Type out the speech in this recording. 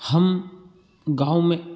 हम गाँव में